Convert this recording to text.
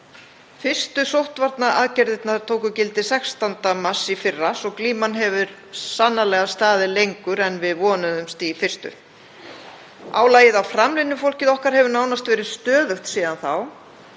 Fyrstu sóttvarnaaðgerðirnar tóku gildi 16. mars í fyrra svo að glíman hefur sannarlega staðið lengur en við vonuðumst til í fyrstu. Álagið á framlínufólkið okkar hefur nánast verið stöðugt síðan þá.